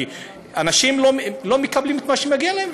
כי אנשים לא מקבלים את מה שמגיע להם,